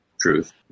truth